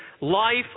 Life